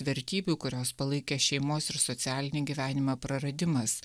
vertybių kurios palaikė šeimos ir socialinį gyvenimą praradimas